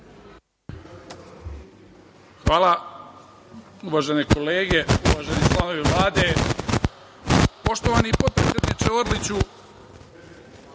Hvala. Uvažene kolege, uvaženi članovi Vlade, poštovani potpredsedniče